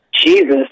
Jesus